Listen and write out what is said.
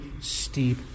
steep